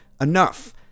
Enough